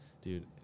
Dude